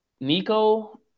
Nico